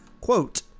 quote